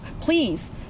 Please